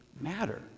matter